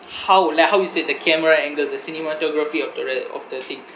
how like how you said the camera angles the cinematography of the re~ of the thing